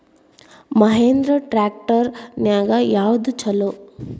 Mahindra tractor ನ್ಯಾಗ ಯಾವ್ದ ಛಲೋ?